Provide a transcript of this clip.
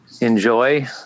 Enjoy